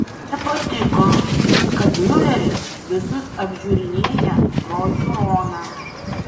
jam nepatiko kad miuleris visus apžiūrinėja pro žiūroną